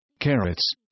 carrots